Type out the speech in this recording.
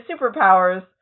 superpowers